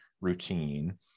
routine